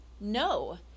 No